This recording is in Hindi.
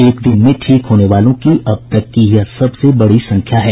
एक दिन में ठीक होने वालों की अब तक की यह सबसे बडी संख्या है